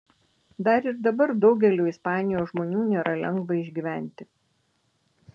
dar ir dabar daugeliui ispanijos žmonių nėra lengva išgyventi